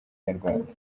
nyarwanda